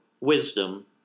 wisdom